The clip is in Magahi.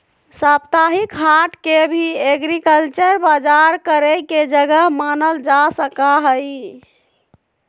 साप्ताहिक हाट के भी एग्रीकल्चरल बजार करे के जगह मानल जा सका हई